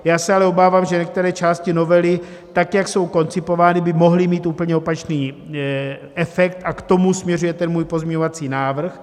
Já se ale obávám, že některé části novely tak, jak jsou koncipovány, by mohly mít úplně opačný efekt, a k tomu směřuje ten můj pozměňovací návrh.